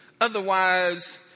Otherwise